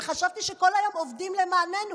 וחשבתי שכל היום עובדים למעננו.